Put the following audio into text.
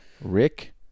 Rick